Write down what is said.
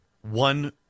one